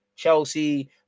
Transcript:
Chelsea